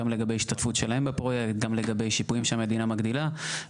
גם לגבי השתתפות שלהן בפרויקט וגם לגבי שיפויים שהמדינה מגדילה,